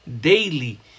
daily